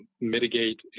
mitigate